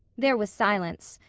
there was silence.